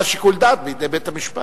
בשביל זה שיקול הדעת בידי בית-המשפט.